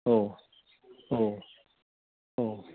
औ औ औ